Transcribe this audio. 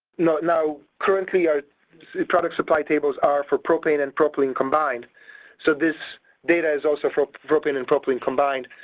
now, now currently our product supply tables are for propane and propylene combined so this data is also for propane and propylene combined,